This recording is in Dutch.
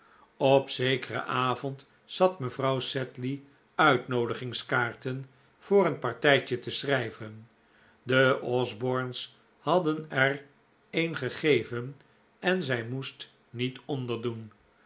op zekeren avond zat mevrouw sedley uitnoodigingskaarten voor een partijtje te schrijven de osbornes hadden er een gegeven en zij moest niet onderdoen